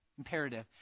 imperative